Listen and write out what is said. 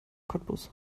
cottbus